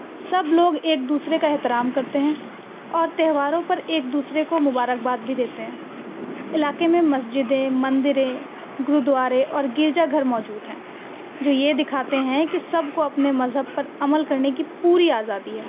سب لوگ ایک دوسرے کا احترام کرتے ہیں اور تہواروں پر ایک دوسرے کو مبارک باد بھی دیتے ہیں علاقے میں مسجدیں مندر گرودوارے اور گرجا گھر موجود ہیں جو یہ دکھاتے ہیں کہ سب کو اپنے مذہب پر عمل کرنے کی پوری آزادی ہے